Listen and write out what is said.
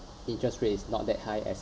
interest rate is not that high as